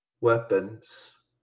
weapons